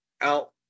out